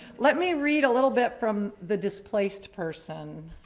let me read a little bit from the displaced person,